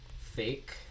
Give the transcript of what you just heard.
fake